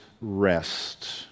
rest